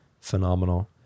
phenomenal